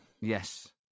Yes